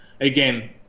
again